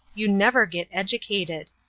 you never get educated.